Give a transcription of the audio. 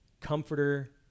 comforter